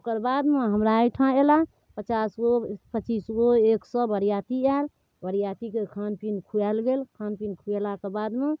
ओकरबादमे हमरा अइठाम अयला पचास गो पचीस गो एक सए बरियाती आयल बरियातीके खानपीन खुवाओल गेल खानपीन खुवेलाके बादमे